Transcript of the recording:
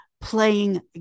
playing